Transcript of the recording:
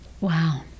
wow